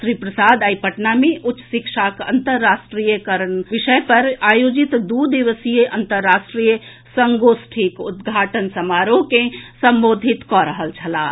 श्री प्रसाद आइ पटना मे उच्च शिक्षाक अंतर्राष्ट्रीयकरण विषय पर आयोजित दू दिवसीय अंतर्राष्ट्रीय संगोष्ठीक उद्घाटन समारोह के संबोधित कऽ रहल छलाह